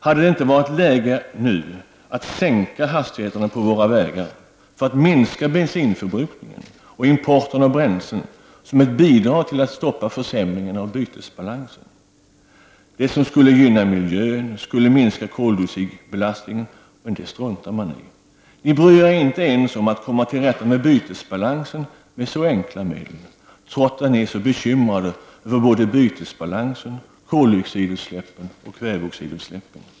Hade det inte varit läge att nu sänka hastigheterna på våra vägar för att minska bensinförbrukningen och importen av bränslen som ett bidrag till att stoppa försämringen av bytesbalansen? Det som skulle gynna miljön och minska koldioxidbelastningen struntar ni i. Ni bryr er inte ens om att komma till rätta med bytesbalansen med så enkla medel, trots att ni är så bekymrade över såväl bytesbalansen som koldioxidutsläppen och kväveoxidutsläppen.